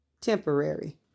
temporary